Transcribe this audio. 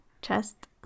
chest